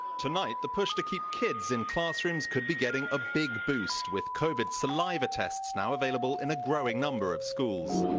the push to keep kids in classrooms could be getting a big boost with covid saliva tests now available in a growing number of schools.